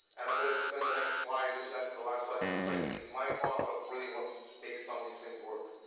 and i'm going to spend the next slide which is actually the last slide to explain at least my thought about really what makes some of these things work.